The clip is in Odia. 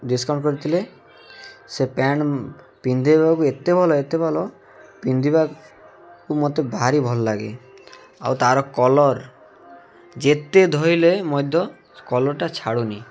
ଡିସ୍କାଉଣ୍ଟ କରିଥିଲେ ସେ ପ୍ୟାଣ୍ଟ୍ ପିନ୍ଧେଇବାକୁ ଏତେ ଭଲ ଏତେ ଭଲ ପିନ୍ଧିବାକୁ ମୋତେ ଭାରି ଭଲ ଲାଗେ ଆଉ ତାର କଲର୍ ଯେତେ ଧୋଇଲେ ମଧ୍ୟ କଲର୍ଟା ଛାଡ଼ୁନି